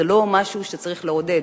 זה לא משהו שצריך לעודד.